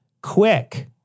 Quick